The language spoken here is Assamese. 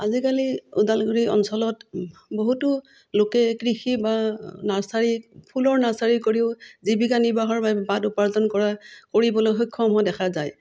আজিকালি ওদালগুৰি অঞ্চলত বহুতো লোকে কৃষি বা নাৰ্চাৰী ফুলৰ নাৰ্চাৰী কৰিও জীৱিকা নিৰ্বাহৰ বাবে বাট উপাৰ্জন কৰা কৰিবলৈ সক্ষম হোৱা দেখা যায়